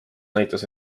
näitas